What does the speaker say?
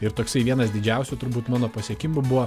ir toksai vienas didžiausių turbūt mano pasiekimų buvo